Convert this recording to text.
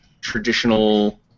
traditional